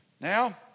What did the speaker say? Now